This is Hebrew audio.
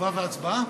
תשובה והצבעה?